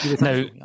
Now